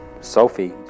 Sophie